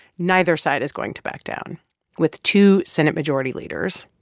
neither side is going to back down with two senate majority leaders,